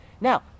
Now